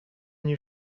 new